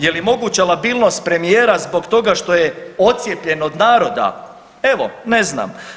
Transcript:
Je li moguća labilnost premijera zbog toga što je ocijepljen od naroda, evo ne znam.